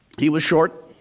he was short,